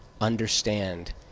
understand